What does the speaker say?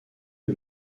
eux